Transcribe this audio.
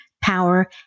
power